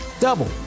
double